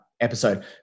episode